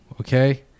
okay